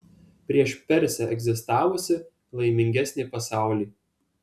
prieš persę egzistavusį laimingesnį pasaulį